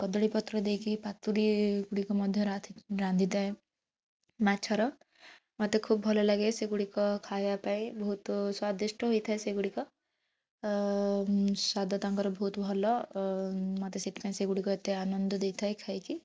କଦଳୀପତ୍ର ଦେଇକି ପାତୁଡ଼ି ଗୁଡ଼ିକୁ ମଧ୍ୟ ରାନ୍ଧି ରାନ୍ଧିଥାଏ ମାଛର ମୋତେ ଖୁବ୍ ଭଲ ଲାଗେ ସେଗୁଡ଼ିକ ଖାଇବା ପାଇଁ ବହୁତ ସ୍ୱାଦିଷ୍ଟ ହୋଇଥାଏ ସେଗୁଡ଼ିକ ସ୍ୱାଦ ତାଙ୍କର ବହୁତ ଭଲ ମୋତେ ସେଥିପାଇଁ ସେଗୁଡ଼ିକ ଏତେ ଆନନ୍ଦ ଦେଇଥାଏ ଖାଇକି